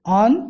on